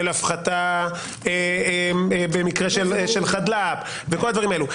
של הפחתה במקרה של חדלות פירעון וכל הדברים האלה.